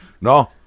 No